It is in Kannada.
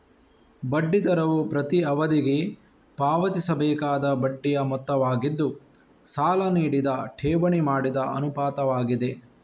ಬಡ್ಡಿ ದರವು ಪ್ರತಿ ಅವಧಿಗೆ ಪಾವತಿಸಬೇಕಾದ ಬಡ್ಡಿಯ ಮೊತ್ತವಾಗಿದ್ದು, ಸಾಲ ನೀಡಿದ ಠೇವಣಿ ಮಾಡಿದ ಅನುಪಾತವಾಗಿದೆ